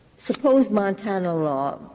suppose montana law,